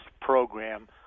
program